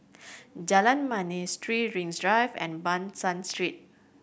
Jalan Manis Three Rings Drive and Ban San Street